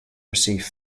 received